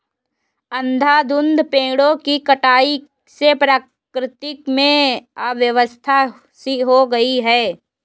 अंधाधुंध पेड़ों की कटाई से प्रकृति में अव्यवस्था सी हो गई है